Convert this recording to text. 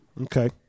Okay